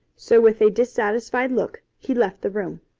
so with a dissatisfied look he left the room.